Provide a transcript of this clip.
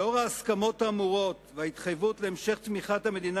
לאור ההסכמות האמורות וההתחייבות להמשך תמיכת המדינה